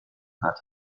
hat